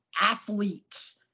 athletes